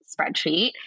spreadsheet